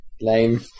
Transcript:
Lame